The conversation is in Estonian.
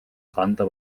kanda